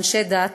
ואנשי דת,